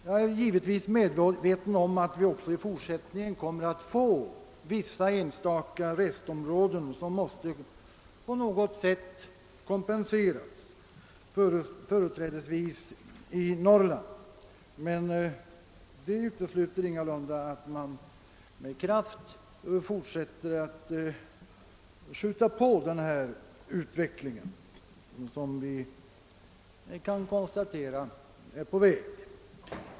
Jag är givetvis medveten om att vi även i fortsättningen kommer att få vissa restområden som måste på något sätt kompenseras, företrädesvis i Norrland, men detta utesluter ingalunda att man med kraft fortsätter att skjuta på den utveckling som vi kan konstatera är på väg.